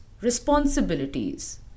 responsibilities